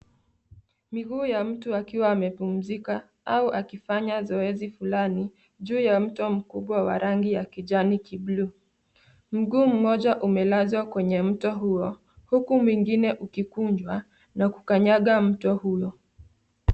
Miguu ya mtu akiwa amepumzika au akifanya mazoezi fulani juu ya mto mkubwa wa rangi ya kijani kiblu. Mguu mmoja umelazwa kwenye mto huo, huku mwingine ukikunjwa na kukanyaga mto huo.